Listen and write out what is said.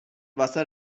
واسه